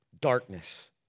darkness